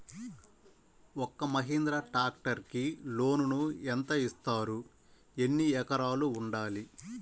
ఒక్క మహీంద్రా ట్రాక్టర్కి లోనును యెంత ఇస్తారు? ఎన్ని ఎకరాలు ఉండాలి?